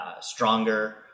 stronger